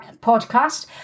podcast